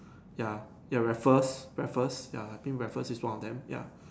ya ya Raffles Raffles ya I think Raffles is one of them ya